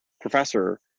professor